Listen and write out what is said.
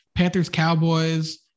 Panthers-Cowboys